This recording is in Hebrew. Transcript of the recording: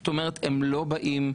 זאת אומרת, הם לא באים.